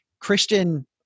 Christian